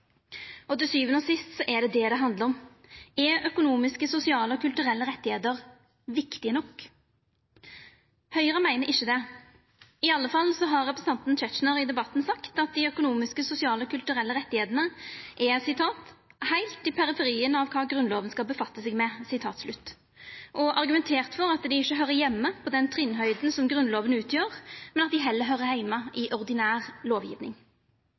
det. Til sjuande og sist er det dette det handlar om: Er økonomiske, sosiale og kulturelle rettar viktige nok? Høgre meiner ikkje det. I alle fall har representanten Tetzschner sagt i debatten at dei økonomiske, sosiale og kulturelle rettane er heilt i periferien av kva Grunnlova skal ta hand om. Han har argumentert for at dei ikkje høyrer heime på den trinnhøgda som Grunnlova utgjer, men at dei heller høyrer heime i ordinær